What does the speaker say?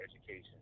education